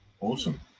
Awesome